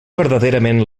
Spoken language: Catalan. verdaderament